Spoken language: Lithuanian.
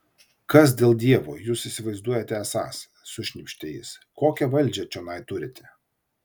kas dėl dievo jūs įsivaizduojate esąs sušnypštė jis kokią valdžią čionai turite